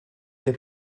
des